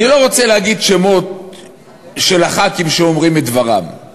אני לא רוצה להגיד שמות של חברי הכנסת שאומרים את דברם,